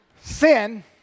Sin